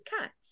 cats